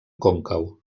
còncau